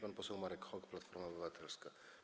Pan poseł Marek Hok, Platforma Obywatelska.